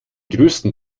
größten